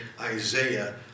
Isaiah